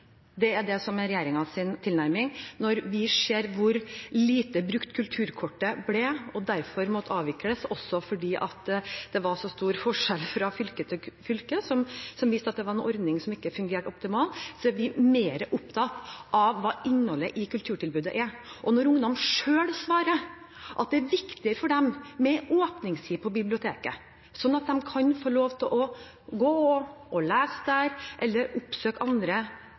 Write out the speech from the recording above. Det er det som er regjeringens tilnærming. Når vi ser hvor lite kulturkortet ble brukt, og det derfor måtte avvikles – også fordi det var så stor forskjell fra fylke til fylke, som viste at det var en ordning som ikke fungerte optimalt – er vi mer opptatt av hva innholdet i kulturtilbudet er. Og når ungdom selv svarer at det er viktigere for dem med åpningstider på biblioteket, slik at de kan gå og lese der eller oppsøke andre